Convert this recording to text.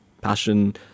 passion